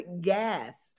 gassed